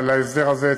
אבל באשר להסדר הזה,